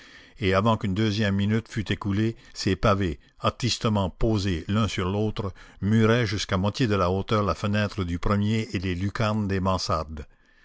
et avant qu'une deuxième minute fût écoulée ces pavés artistement posés l'un sur l'autre muraient jusqu'à moitié de la hauteur la fenêtre du premier et les lucarnes des mansardes